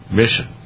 mission